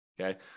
okay